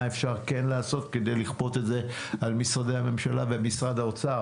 מה אפשר כן לעשות כדי לכפות את זה על משרדי הממשלה ומשרד האוצר.